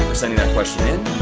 sending that question in.